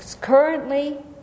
currently